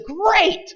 great